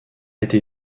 été